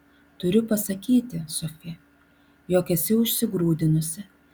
turiu pasakyti sofi jog esi užsigrūdinusi